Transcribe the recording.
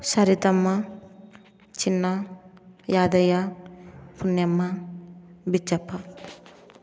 Saritamma Chinna Yadayya Punnemma Bichappa